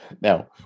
Now